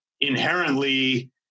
inherently